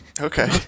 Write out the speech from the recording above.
Okay